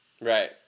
Right